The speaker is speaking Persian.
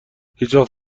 هیچوقت